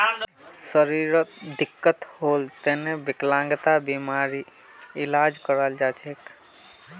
शरीरत दिक्कत होल तने विकलांगता बीमार इलाजो कराल जा छेक